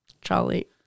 Charlie